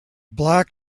black